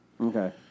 Okay